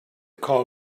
call